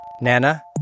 Nana